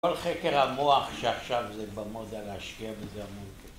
כל חקר המוח שעכשיו זה כבר מוזר, להשקיע בזה